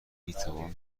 میتوان